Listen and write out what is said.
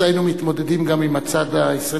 אחרי זה היינו מתמודדים גם עם הצד הישראלי.